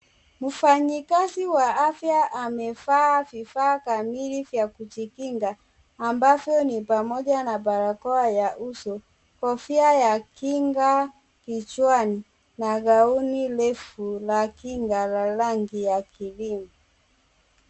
Mfanyikazi wa afya amevaa vifaa kamili vya kujikinga ambavyo ni pamoja na barakoa ya uso, kofia ya kinga kichwani na gauni refu la kinga la rangi ya krimu.